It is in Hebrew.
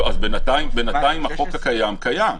לא, אז בינתיים החוק הקיים קיים.